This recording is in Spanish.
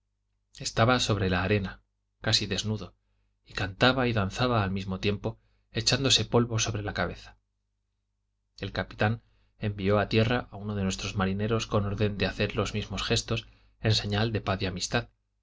estaba sobre la arena casi desnudo y cantaba y danzaba al mismo tiempo echándose polvo sobre la cabeza el capitán envió a tierra a uno de nuestros marineros con orden de hacer los mismos gestos en señal de paz y amistad